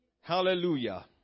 Hallelujah